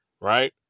right